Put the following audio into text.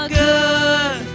good